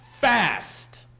fast